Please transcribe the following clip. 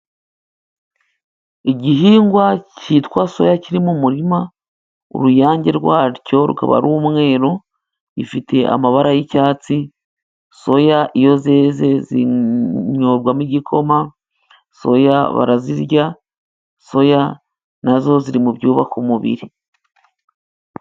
Igihingwa cyitwa soya kiri mu murima, uruyange rwacyo rukaba ari umweru, ifite amabara y'icyatsi. Soya iyo zeze zinyobwamo igikoma, soya barazirya, soya na zo ziri mu byubaka umubiri.